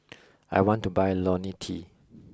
I want to buy Lonil T